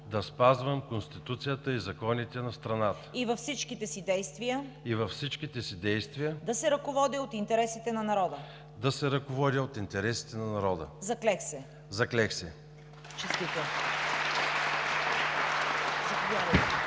да спазвам Конституцията и законите на страната и във всичките си действия да се ръководя от интересите на народа. Заклех се!“ (Ръкопляскания.)